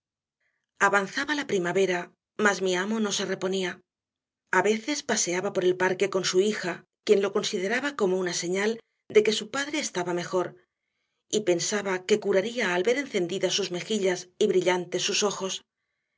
avanzaba la primavera mas mi amo no se reponía a veces paseaba por el parque con su hija quien lo consideraba como una señal de que su padre estaba mejor y pensaba que curaría al ver encendidas sus mejillas y brillantes sus ojos